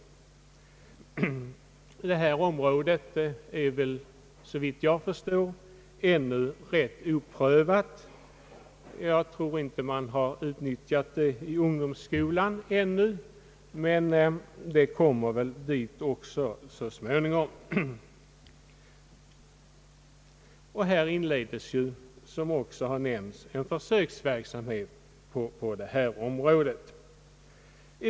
Detta område är såvitt jag förstår ännu rätt oprövat. Jag tror inte att man ännu har utnyttjat det i ungdomsskolan, men det kommer väl så småningom att introduceras även där. I detta sammanhang inleds också, såsom även har nämnts, en försöksverksamhet på området.